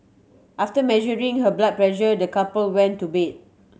after measuring her blood pressure the couple went to bed